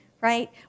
right